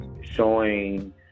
showing